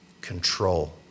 control